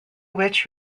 which